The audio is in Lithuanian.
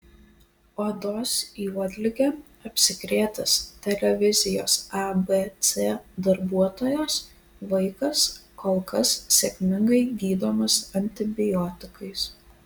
odos juodlige apsikrėtęs televizijos abc darbuotojos vaikas kol kas sėkmingai gydomas antibiotikais